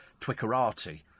Twickerati